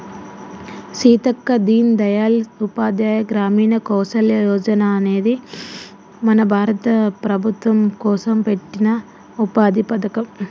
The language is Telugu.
సీతక్క దీన్ దయాల్ ఉపాధ్యాయ గ్రామీణ కౌసల్య యోజన అనేది మన భారత ప్రభుత్వం కోసం పెట్టిన ఉపాధి పథకం